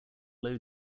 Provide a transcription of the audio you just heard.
low